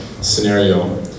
scenario